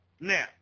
Now